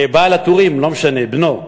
"בעל הטורים", בנו.